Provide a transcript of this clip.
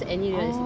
orh